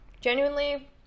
Genuinely